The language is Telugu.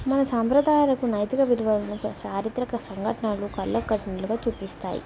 మన సాంప్రదాయాలకు నైతిక విలువలను చారిత్రక సంఘటనలు కళ్ళకు కట్టినట్టుగా చూపిస్తాయి